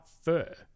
fur